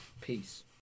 Peace